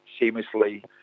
seamlessly